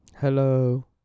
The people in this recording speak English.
Hello